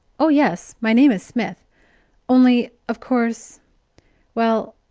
oh yes, my name is smith only of course well,